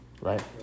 right